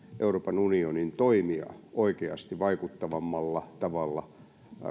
euroopan unionin toimia oikeasti vaikuttavammalla tavalla